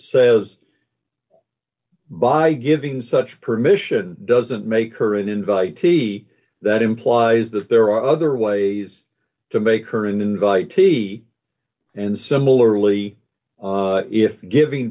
says by giving such permission doesn't make her an invite t that implies that there are other ways to make her an invite t and similarly if giving